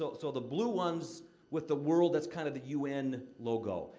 so, the blue ones with the world that's kind of the u n. logo,